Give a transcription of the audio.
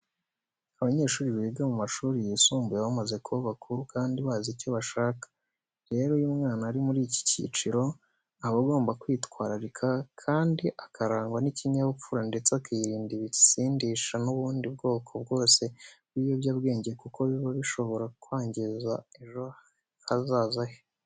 Abanyeshuri biga mu mashuri yisumbuye baba bamaze gukura kandi bazi icyo bashaka. Rero iyo umwana ari muri iki cyiciro aba agomba kwitwararika kandi akarangwa n'ikinyabupfura ndetse akirinda ibisindisha n'ubundi bwoko bwose bw'ibiyobyabwenge kuko biba bishobora kwangiza ejo hazaza he.